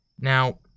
Now